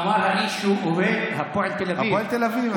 אמר האיש שהוא אוהד הפועל תל אביב.